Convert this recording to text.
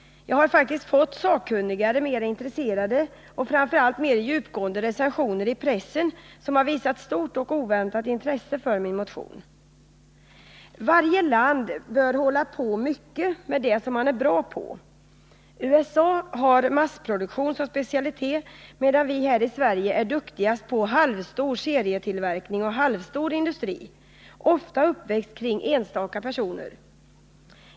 — Jag har faktiskt fått sakkunnigare, mer intresserade och framför allt mer djupgående recensioner i pressen, som har visat stort och oväntat intresse för min motion. Varje land bör hålla på mycket med det som man är bra på. USA har massproduktion som specialitet, medan vi här i Sverige är duktigast på halvstor serietillverkning och halvstor industri, ofta uppväxt kring enstaka personer.